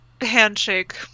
handshake